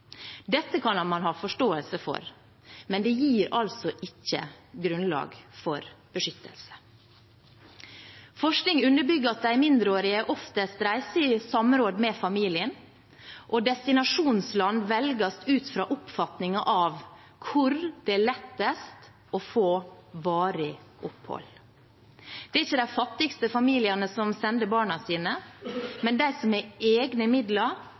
Dette kan man ha forståelse for, men det gir ikke grunnlag for beskyttelse. Forskning underbygger at de mindreårige oftest reiser i samråd med familien, og destinasjonsland velges ut fra oppfatningen av hvor det er lettest å få varig opphold. Det er ikke de fattigste familiene som sender barna sine, men de som har egne midler,